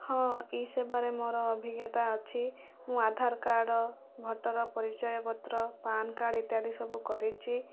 ହଁ ଏହି ସେବାରେ ମୋର ଅଭିଜ୍ଞତା ଅଛି ମୁଁ ଆଧାର କାର୍ଡ଼ ଭୋଟର ପରିଚୟ ପତ୍ର ପାନ କାର୍ଡ଼ ଇତ୍ୟାଦି ସବୁ କରାଇଛି